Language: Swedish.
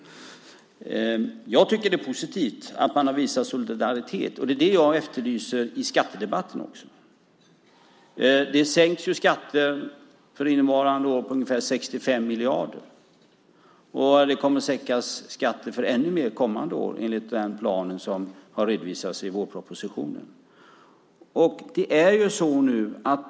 Jag tycker att det är positivt att man har visat solidaritet. Och det är det som jag efterlyser i skattedebatten också. Skatterna för innevarande år sänks med ungefär 65 miljarder, och skatterna kommer att sänkas ännu mer kommande år enligt den plan som har redovisats i vårpropositionen.